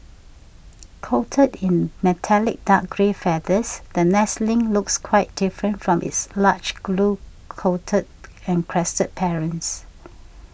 coated in metallic dark grey feathers the nestling looks quite different from its large blue coated and crested parents